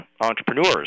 entrepreneurs